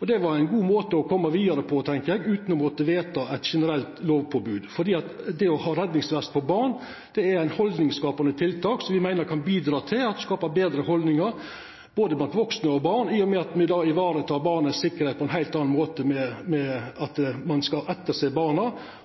8-forslaget. Det var ein god måte å koma vidare på, tenkjer eg, utan å måtta vedta eit generelt lovpåbod, for det å ha redningsvest på barn er eit haldningsskapande tiltak som me meiner kan bidra til å skapa betre haldningar blant både vaksne og barn, i og med at me då varetek sikkerheita til barnet på ein annan måte, ved at ein skal sjå etter barna,